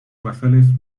basales